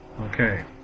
Okay